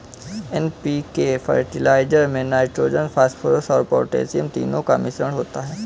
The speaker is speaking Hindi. एन.पी.के फर्टिलाइजर में नाइट्रोजन, फॉस्फोरस और पौटेशियम तीनों का मिश्रण होता है